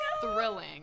thrilling